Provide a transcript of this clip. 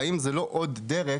והאם זו לא עוד דרך